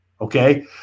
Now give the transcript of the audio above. okay